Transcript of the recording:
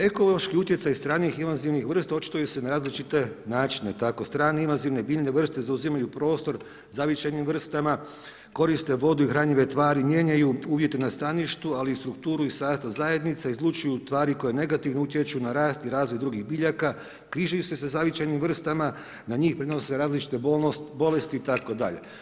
Ekološki utjecaj stranih invazivnih vrsta očituje se na različite načine, tako strane invazivne biljne vrste zauzimaju prostor zavičajnim vrstama, koriste vodu i hranjive tvari, mijenjaju uvjete na staništu, ali i strukturu i sastav zajednice, izlučuju tvari koje negativno utječu na rast i razvoj drugih biljaka, križaju se sa zavičajnim vrstama, na njih prenose različite bolesti itd.